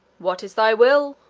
what is thy will?